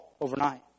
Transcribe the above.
overnight